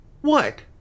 What